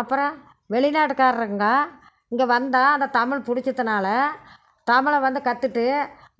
அப்புறம் வெளிநாட்டுக்கார்ருங்க இங்கே வந்தால் அந்த தமிழ் புடிச்சித்துனால தமிழ வந்து கற்றுட்டு